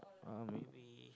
uh maybe